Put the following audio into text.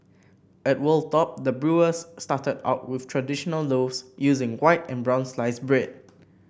at Wold Top the brewers started out with traditional loaves using white and brown sliced bread